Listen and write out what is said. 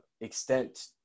extent